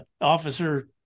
Officer